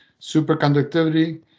Superconductivity